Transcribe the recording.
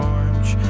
Orange